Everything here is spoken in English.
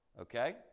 Okay